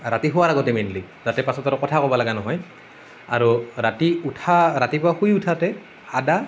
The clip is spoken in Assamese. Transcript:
ৰাতি শোৱাৰ আগতে মেইনলি যাতে পাছত আৰু কথা ক'ব লগা নহয় আৰু ৰাতি উঠা ৰাতিপুৱা শুই উঠোঁতে আদা